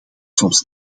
soms